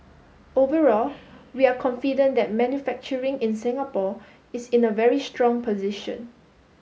overall we are confident that manufacturing in Singapore is in a very strong position